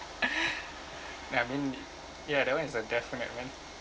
ya I mean ya that [one] is a definite one